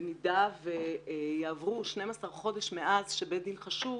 במידה ויעברו 12 חודשים מאז שבית דין חשוב